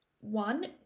one